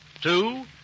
Two